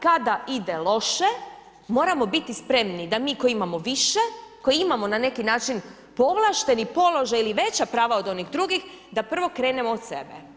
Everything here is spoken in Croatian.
Kada ide loše moramo biti spremni da mi koji imamo više, koji imamo na neki način povlašteni položaj ili veća prava od onih drugih, da prvo krenemo od sebe.